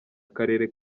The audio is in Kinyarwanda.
akarere